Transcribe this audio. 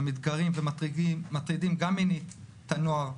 ומתגרים ומטרידים גם מינית את הנוער.